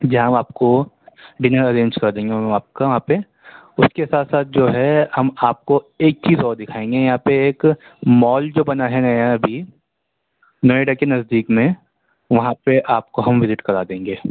جی ہم آپ کو ڈنر ارینج کر دیں گے آپ کا وہاں پہ اس کے ساتھ ساتھ جو ہے ہم آپ کو ایک چیز اور دکھائیں گے یہاں پہ ایک مال جو بنا ہے نیا ابھی نوئیڈا کے نزدیک میں وہاں پہ آپ کو ہم وزٹ کرا دیں گے